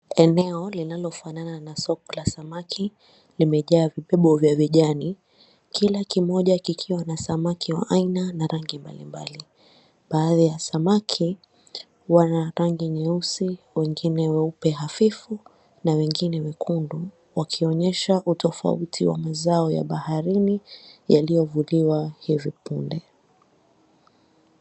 Eneo linalofanana na soko la samaki limejaa vipimo vya vijani kila kimoja kikiwa na samaki wa aina na rangi mbali mbali. Baadhi ya samaki wana rangi nyeusi wengine weupe hafifu na wengine wekundu. Wakionyesha utofauti wa mazao ya baharini yaliyovuliwa hivi punde.